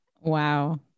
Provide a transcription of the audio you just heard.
Wow